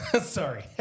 Sorry